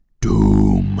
Doom